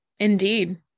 Indeed